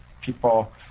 people